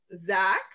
Zach